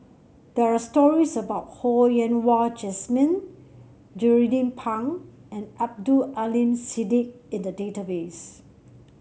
there are stories about Ho Yen Wah Jesmine Jernnine Pang and Abdul Aleem Siddique in the database